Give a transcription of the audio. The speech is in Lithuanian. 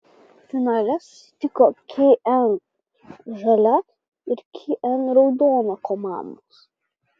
finale susitiko kn žalia ir kn raudona komandos